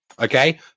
Okay